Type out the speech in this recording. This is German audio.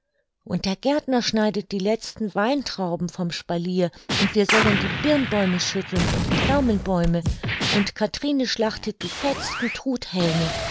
und der gärtner schneidet die letzten weintrauben vom spalier und wir sollen die birnbäume schütteln und die pflaumenbäume und kathrine schlachtet die fettsten truthähne